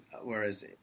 whereas